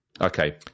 okay